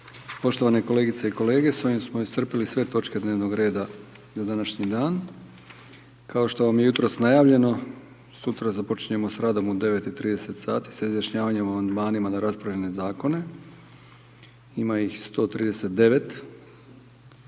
Poštovane kolegice i kolege, s ovim smo iscrpili sve točke dnevnog reda za današnji dan. Kao što vam je jutros najavljeno, sutra započinjemo s radom u 09:30 sati, sa izjašnjavanjem o amandmanima na raspravljene Zakone, ima ih 139.